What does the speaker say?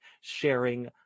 sharing